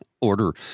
order